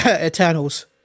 Eternals